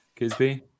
Kisby